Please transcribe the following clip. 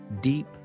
deep